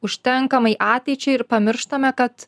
užtenkamai ateičiai ir pamirštame kad